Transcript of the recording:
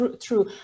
true